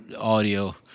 audio